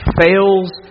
fails